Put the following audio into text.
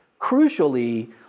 Crucially